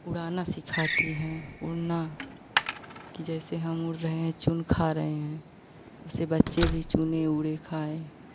उड़ाना सिखाती हैं उड़ना कि जैसे हम उड़ रहे हैं चुन खा रहे हैं वैसे बच्चे भी चुनें उड़े खाएँ